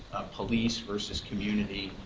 police versus community,